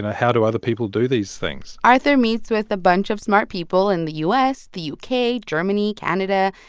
and how do other people do these things? arthur meets with a bunch of smart people in the u s, the u k, germany, canada.